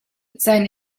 sein